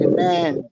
Amen